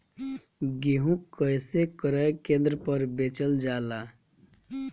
गेहू कैसे क्रय केन्द्र पर बेचल जाला?